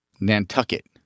Nantucket